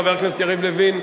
חבר הכנסת יריב לוין,